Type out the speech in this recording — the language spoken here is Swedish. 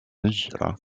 myra